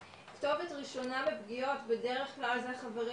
כתובת ראשונה לפגיעות זה בדרך כלל חברים,